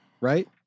right